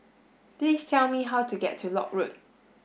please tell me how to get to Lock Road